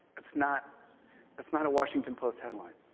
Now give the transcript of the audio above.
it's not it's not a washington post headline,